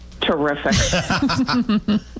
terrific